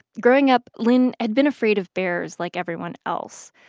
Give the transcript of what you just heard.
growing up, lynn had been afraid of bears, like everyone else.